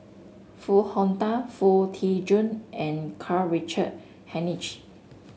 Foo Hong Tatt Foo Tee Jun and Karl Richard Hanitsch